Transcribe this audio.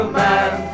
man